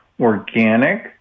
organic